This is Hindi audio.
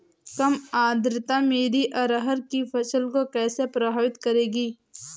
कम आर्द्रता मेरी अरहर की फसल को कैसे प्रभावित करेगी?